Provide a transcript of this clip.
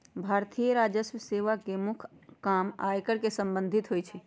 भारतीय राजस्व सेवा के मुख्य काम आयकर से संबंधित होइ छइ